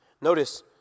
Notice